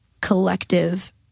collective